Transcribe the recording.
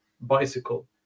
bicycle